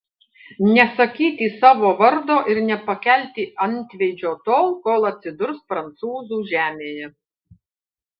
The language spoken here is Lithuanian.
nesakyti savo vardo ir nepakelti antveidžio tol kol atsidurs prancūzų žemėje